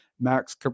Max